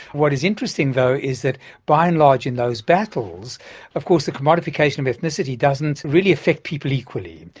what is interesting though is that by and large in those battles of course the commodification of ethnicity doesn't really affect people equally.